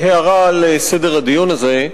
הערה לסדר הדיון הזה.